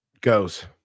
goes